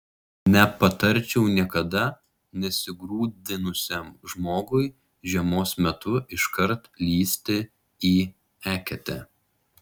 nepatarčiau niekada nesigrūdinusiam žmogui žiemos metu iškart lįsti į eketę